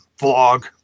vlog